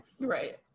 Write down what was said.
right